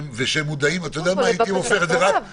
ושהם מודעים לכך שהוא לבד?